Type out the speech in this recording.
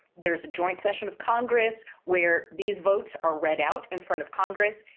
there is a joint session of congress where these votes are read out in front of congress.